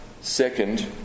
Second